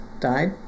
died